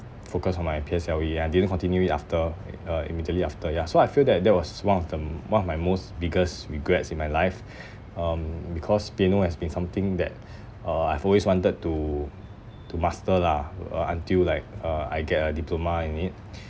focus on my P_S_L_E I didn't continue it after uh uh immediately after ya so I feel that that was one of the one of my most biggest regrets in my life um because piano has been something that uh I've always wanted to to master lah uh until like uh I get a diploma in it